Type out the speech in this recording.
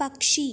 പക്ഷി